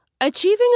Achieving